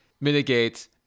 mitigate